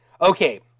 Okay